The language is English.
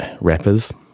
rappers